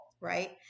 right